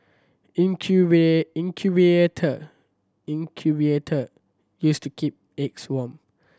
incubator incubator used to keep eggs warm